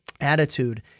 attitude